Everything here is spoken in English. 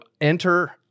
enter